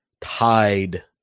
tied